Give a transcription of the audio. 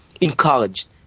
encouraged